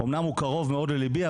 אמנם הוא קרוב מאוד ללבי,